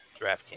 DraftKings